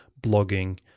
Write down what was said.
blogging